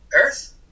earth